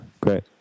Great